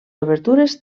obertures